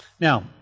Now